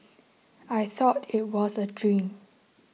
I thought it was a dream